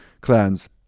clans